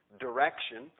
direction